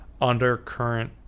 undercurrent